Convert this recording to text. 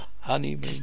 Honeymoon